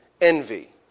envy